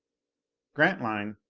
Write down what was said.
grantline,